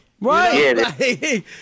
Right